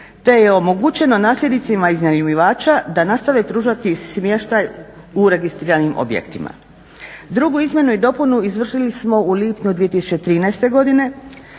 te je omogućeno nasljednicima iznajmljivača da nastave pružati smještaj u registriranim objektima. Drugu izmjenu i dopunu izvršili smo u lipnju 2013. godine